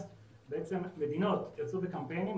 מדינות יצאו בקמפיינים,